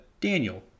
Daniel